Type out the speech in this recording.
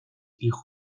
hijos